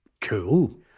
cool